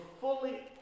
fully